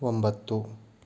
ಒಂಬತ್ತು